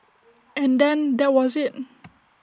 and then that was IT